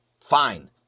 Fine